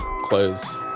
close